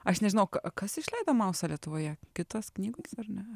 aš nežinau kas išleido mausą lietuvoje kitos knygos ar ne